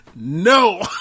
No